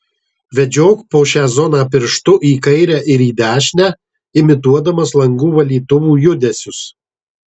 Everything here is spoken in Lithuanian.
vedžiok po šią zoną pirštu į kairę ir į dešinę imituodamas langų valytuvų judesius